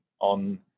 on